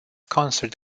concert